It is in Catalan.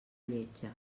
lletja